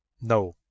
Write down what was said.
No